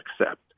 accept